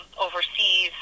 overseas